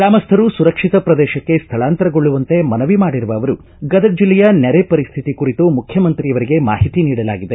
ಗ್ರಾಮಸ್ವರು ಸುರಕ್ಷಿತ ಪ್ರದೇಶಕ್ಷೆ ಸ್ವಳಾಂತರಗೊಳ್ಳುವಂತೆ ಮನವಿ ಮಾಡಿರುವ ಅವರು ಗದಗ ಜಿಲ್ಲೆಯ ನೆರೆ ಪರಿಸ್ತಿತಿ ಕುರಿತು ಮುಖ್ಯಮಂತ್ರಿಯವರಿಗೆ ಮಾಹಿತಿ ನೀಡಲಾಗಿದೆ